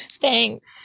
Thanks